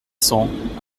cents